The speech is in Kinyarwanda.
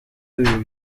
ibintu